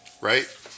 Right